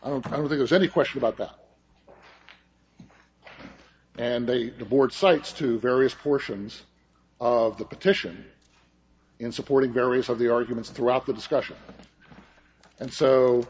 i don't i don't think there's any question about that and they the board cites to various portions of the petition in supporting various of the arguments throughout the discussion and so